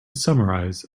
summarize